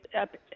up